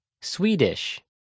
Swedish